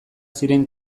ziren